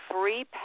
free